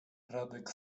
radek